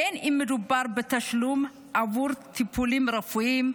בין אם מדובר בתשלום עבור טיפולים רפואיים,